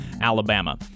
Alabama